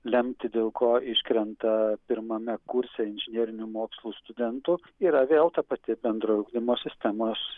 lemti dėl ko iškrenta pirmame kurse inžinerinių mokslų studentų yra vėl ta pati bendra ugdymo sistemos